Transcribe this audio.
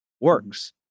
works